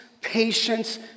patience